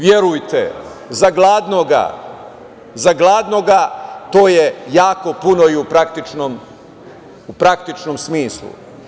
Verujte, za gladnoga, za gladnoga, to je jako puno i u praktičnom smislu.